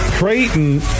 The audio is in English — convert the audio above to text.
Creighton